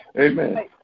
Amen